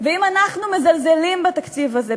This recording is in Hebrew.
אם אנחנו מזלזלים בתקציב הזה,